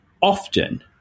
often